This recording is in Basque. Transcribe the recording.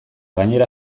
gainera